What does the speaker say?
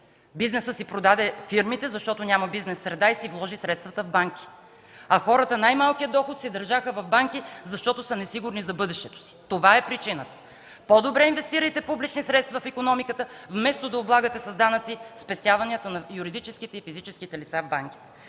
Бизнесът си продаде фирмите, защото няма бизнес среда и си вложи средствата в банките. Хората си държаха в банките и най-малкия доход, защото са несигурни за бъдещето си. Това е причината! По-добре инвестирайте публични средства в икономиката, вместо да облагате с данъци спестяванията на юридическите и физическите лица в банки.